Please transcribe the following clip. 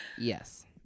yes